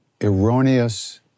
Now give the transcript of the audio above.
erroneous